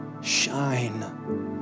shine